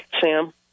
Sam